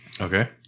Okay